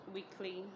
Weekly